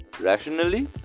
rationally